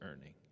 earning